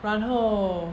然后